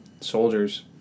soldiers